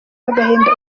agahinda